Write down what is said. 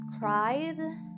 cried